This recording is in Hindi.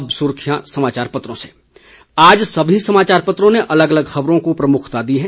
अब सुर्खियां समाचार पत्रों से आज सभी समाचार पत्रों ने अलग अलग ख़बरों को प्रमुखता दी है